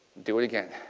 do it again.